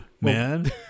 man